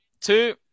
two